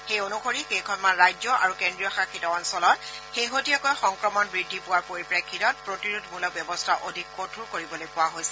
সেই অনুসৰি কেইখনমান ৰাজ্য আৰু কেন্দ্ৰীয় শাসিত অঞ্চলত শেহতীয়াকৈ সংক্ৰমণ বৃদ্ধি পোৱাৰ পৰিপ্ৰেক্ষিতত প্ৰতিৰোধমূলক ব্যৱস্থা অধিক কঠোৰ কৰিবলৈ কোৱা হৈছে